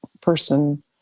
person